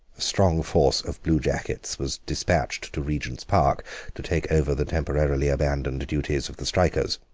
strong force of bluejackets was despatched to regent's park to take over the temporarily abandoned duties of the strikers.